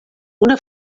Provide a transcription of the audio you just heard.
una